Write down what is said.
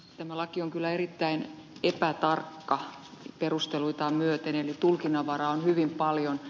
tämä laki on kyllä erittäin epätarkka perusteluitaan myöten eli tulkinnanvaraa on hyvin paljon